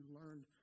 learned